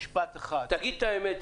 תגיד את האמת,